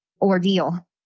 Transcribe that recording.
ordeal